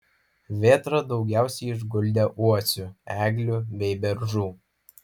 vėtra daugiausiai išguldė uosių eglių bei beržų